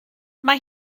mae